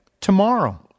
tomorrow